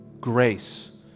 Grace